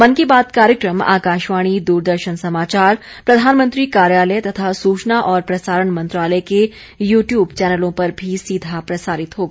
मन की बात कार्यक्रम आकाशवाणी द्रदर्शन समाचार प्रधानमंत्री कार्यालय तथा सूचना और प्रसारण मंत्रालय के यूट्यूब चैनलों पर भी सीधा प्रसारित होगा